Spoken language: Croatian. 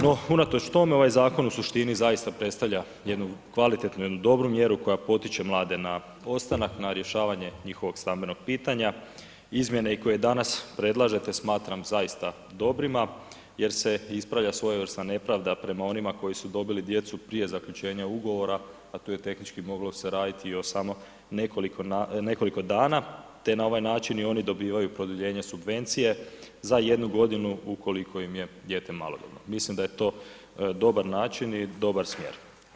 No unatoč tome, ovaj zakon u suštini zaista predstavlja jednu kvalitetnu, jednu dobru mjeru koja potiče mlade na ostanak, na rješavanje njihovog stambenog pitanja, izmjene i koje danas predlažete smatram zaista dobrim jer se ispravlja svojevrsna nepravda prema onima koji su dobili djecu prije zaključenja ugovora a to je tehnički moglo se raditi o samo nekoliko dana te naj ovaj način i oni dobivaju produljenje subvencije za jednu godinu ukoliko im je dijete maloljetno, mislim da je to dobar način i dobar smjer.